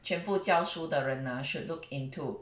全部教书的人啊 should look into